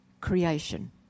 creation